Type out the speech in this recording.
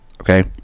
Okay